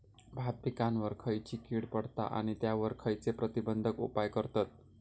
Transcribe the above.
भात पिकांवर खैयची कीड पडता आणि त्यावर खैयचे प्रतिबंधक उपाय करतत?